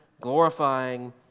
glorifying